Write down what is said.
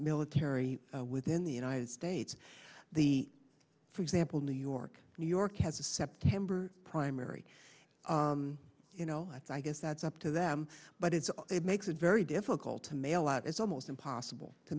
military within the united states the for example new york new york has a september primary you know that's i guess that's up to them but it's it makes it very difficult to mail out it's almost impossible to